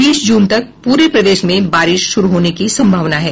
बीस जून तक पूरे प्रदेश में बारिश शुरू होने की संभावना है